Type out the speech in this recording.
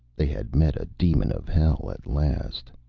they had met a demon of hell at last.